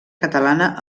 catalana